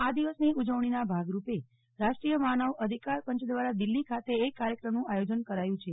આ દિવસની ઉજવણીના ભાગરૃપે રાષ્ટ્રીય માનવ અધિકાર પંચ દ્વારા દિલ્હી ખાતે એક કાર્યક્રમનું આયોજન કરાયું છે